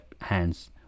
hands